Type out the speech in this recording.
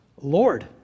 Lord